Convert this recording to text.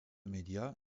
médias